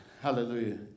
hallelujah